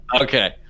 Okay